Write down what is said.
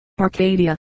Arcadia